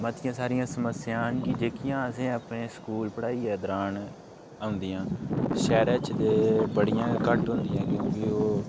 मतियां सारियां समस्यां न कि जेह्कियां असें अपने स्कूल पढ़ाइयै दरान औंदियां शैह्रे च ते एह् बड़ियां गै घट्ट होंदियां क्योंकि ओह्